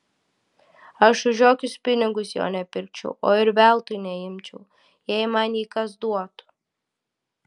aš už jokius pinigus jo nepirkčiau o ir veltui neimčiau jei man jį kas duotų